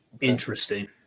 Interesting